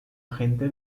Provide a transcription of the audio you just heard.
agente